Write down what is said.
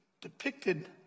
depicted